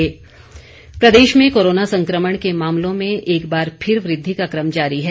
Himachal corona Pradesh में corona संक्रमण के मामलों में एक बार फिर वृद्धि का क्रम जारी है